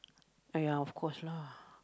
!aiya! of course lah